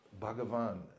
Bhagavan